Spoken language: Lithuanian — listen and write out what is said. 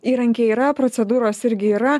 įrankiai yra procedūros irgi yra